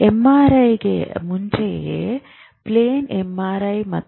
ಎಂಆರ್ಐಗೆ ಮುಂಚೆಯೇ plain MRI ಮತ್ತು CT scan ಇತ್ತು